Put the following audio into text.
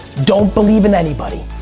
don't believe in anybody.